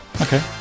Okay